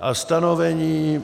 a stanovení